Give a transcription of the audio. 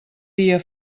dia